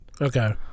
okay